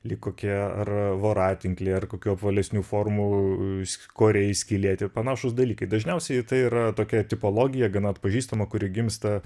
lyg kokie ar voratinkliai ar kokių apvalesnių formų sk koriai skylėti ir panašūs dalykai dažniausiai tai yra tokia tipologija gana atpažįstama kuri gimsta